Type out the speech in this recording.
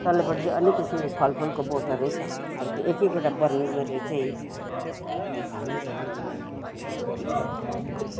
तल्लोपट्टि चाहिँ अनेक किसिमको फलफुलको बोटहरू छ त्यो एक एक वटा बर्णन गरेर चाहिँ म भनिरहन भ्याउदिन